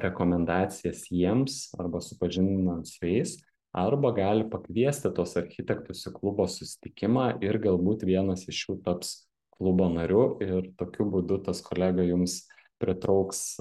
rekomendacijas jiems arba supažindinant su jais arba gali pakviesti tuos architektus į klubo susitikimą ir galbūt vienas iš jų taps klubo nariu ir tokiu būdu tas kolega jums pritrauks